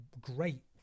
great